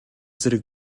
зэрэг